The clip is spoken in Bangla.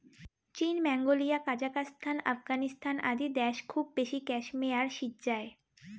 চীন, মঙ্গোলিয়া, কাজাকস্তান, আফগানিস্তান আদি দ্যাশ খুব বেশি ক্যাশমেয়ার সিজ্জায়